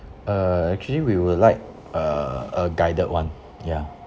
uh actually we will like a a guided [one] ya